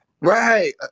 Right